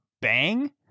bang